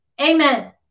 Amen